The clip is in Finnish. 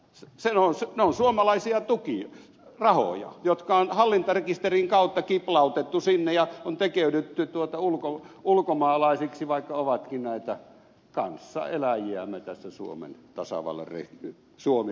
ne ovat suomalaisia rahoja jotka on hallintarekisterin kautta kiplautettu sinne ja on tekeydytty ulkomaalaisiksi vaikka he ovatkin näitä kanssaeläjiämme tässä suomen tasavallan suomi rekisterissä